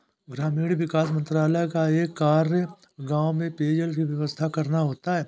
ग्रामीण विकास मंत्रालय का एक कार्य गांव में पेयजल की व्यवस्था करना होता है